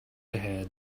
ahead